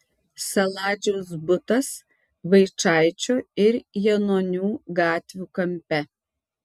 saladžiaus butas vaičaičio ir janonių gatvių kampe